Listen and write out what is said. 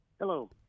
Hello